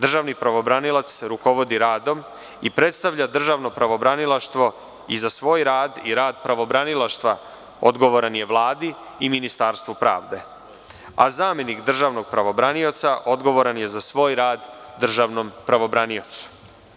Državni pravobranilac rukovodi radom i predstavlja državno pravobranilaštvo i za svoj rad i rad pravobranilaštva odgovoran je Vladi i Ministarstvu pravde, a zamenik državnog pravobranioca odgovoran je za svoj rad državnom pravobraniocu.